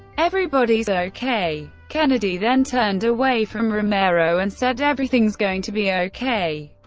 everybody's ok. kennedy then turned away from romero and said, everything's going to be ok.